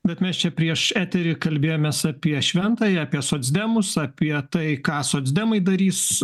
bet mes čia prieš eterį kalbėjomės apie šventąją apie socdemus apie tai ką socdemai darys